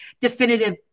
definitive